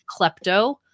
klepto